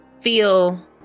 feel